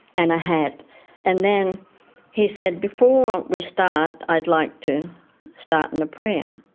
and a hat. and then he said, before we start i'd like to start in a prayer.